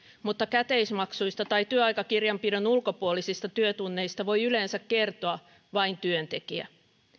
mutta käteismaksuista tai työaikakirjanpidon ulkopuolisista työtunneista voi yleensä kertoa vain työntekijä